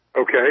Okay